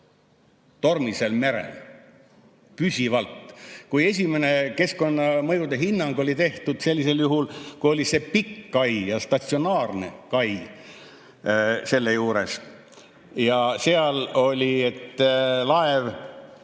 tormisel merel, püsivalt. Kui esimene keskkonnamõjude hinnang oli tehtud selle järgi, kui pikk oli kai ja statsionaarne kai selle juures, ja oli, et laev